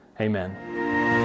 amen